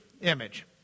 image